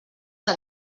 que